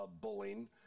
bullying